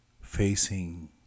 facing